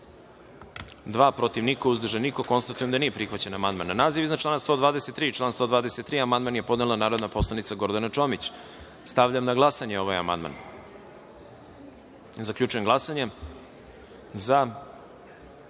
dva, protiv – niko, uzdržanih – nema. Konstatujem da nije prihvaćen amandman. Na naziv iznad člana i član 123. amandman je podnela narodni poslanik Gordana Čomić. Stavljam na glasanje ovaj amandman. Zaključujem glasanje